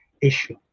issue